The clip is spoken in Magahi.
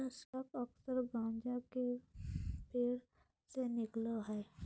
चरस अक्सर गाँजा के पेड़ से निकलो हइ